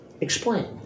Explain